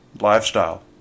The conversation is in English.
lifestyle